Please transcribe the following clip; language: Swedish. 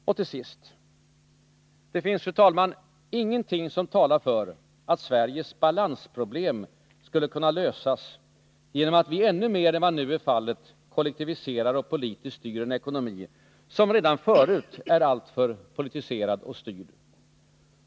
Och till sist: Det finns, fru talman, ingenting som talar för att Sveriges balansproblem skulle kunna lösas genom att vi ännu mer än vad nu är fallet kollektiviserar och politiskt styr en ekonomi som redan förut är alltför politiserad och styrd.